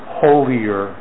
holier